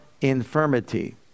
infirmity